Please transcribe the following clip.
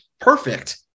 perfect